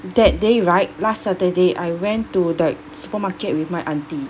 that day right last saturday I went to the supermarket with my auntie